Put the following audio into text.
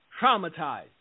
traumatized